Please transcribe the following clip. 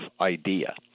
idea